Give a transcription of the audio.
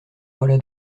voilà